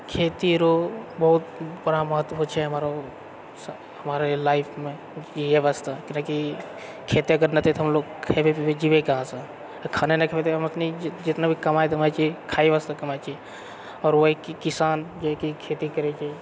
खेती आरो बहुत बड़ा महत्त्व छै हमरा हमारे लाइफमे जीऐ वास्ते कैलाकि खेती अगर नहि रहतै तऽ हमलोग खेबै पीबै जीबै कहाँसँ खाने नहि खेबै तऽ हम जितना भी कमाइ धमाइ छियै खाए वास्ते कमाइ छी आओर वहीँ किसान जेकि खेती